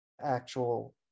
actual